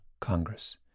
Congress